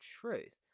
Truth